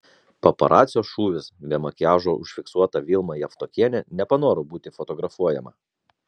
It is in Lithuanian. paparacio šūvis be makiažo užfiksuota vilma javtokienė nepanoro būti fotografuojama